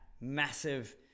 massive